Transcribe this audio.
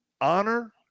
honor